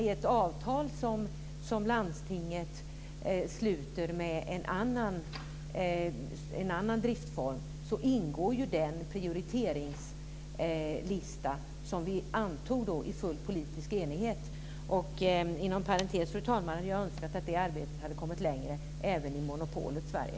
I ett avtal som landstinget sluter med en annan aktör ingår den prioriteringslista som vi antog i full politisk enighet. Inom parentes vill jag säga att jag önskar att det arbetet hade kommit längre, även i monopolets Sverige.